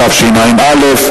התשע"א 2010,